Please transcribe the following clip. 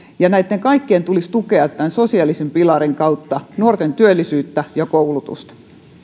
ja näitten kaikkien tulisi tukea tämän sosiaalisen pilarin kautta nuorten työllisyyttä ja koulutusta